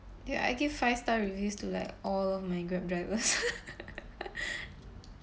ya I give five star reviews to like all my grab driver